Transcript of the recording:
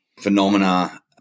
phenomena